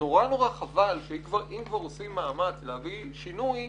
נורא חבל שאם כבר עושים מאמץ להביא שינוי,